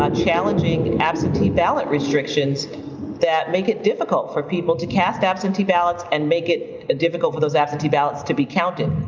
ah challenging absentee ballot restrictions that make it difficult for people to cast absentee ballots, and make it difficult for those absentee ballots to be counted.